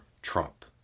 Trump